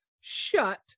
shut